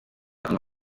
anywa